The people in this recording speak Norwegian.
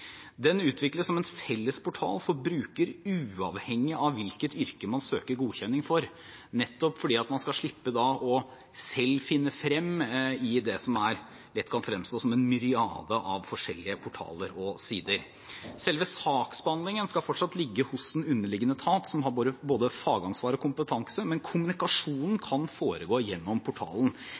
Den utvikles som en felles portal for bruker, uavhengig av hvilket yrke man søker godkjenning for, nettopp for at man skal slippe selv å finne frem i det som lett kan fremstå som en myriade av forskjellige portaler og sider. Selve saksbehandlingen skal fortsatt ligge hos den underliggende etat, som har både fagansvar og kompetanse, men kommunikasjonen kan foregå gjennom portalen.